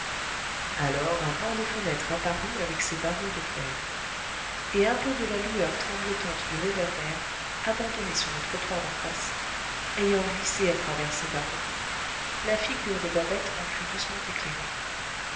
alors un pan de fenêtre apparut avec ses barreaux de fer et un peu de la lueur tremblotante du réverbère abandonné sur le trottoir d'en face ayant glissé à travers ces barreaux la figure de babette en fut doucement éclairée